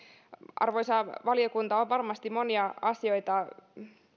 arvoisa eduskunta on varmasti monia asioita